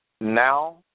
Now